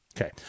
Okay